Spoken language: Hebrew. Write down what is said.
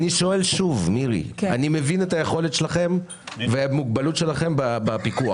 מבין את היכולת שלכם והמוגבלות שלכם בפיקוח.